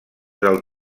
del